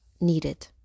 needed